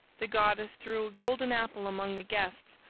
the goddess threw a golden apple among the guests,